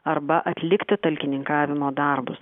arba atlikti talkininkavimo darbus